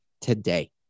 today